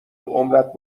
عمرت